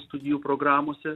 studijų programose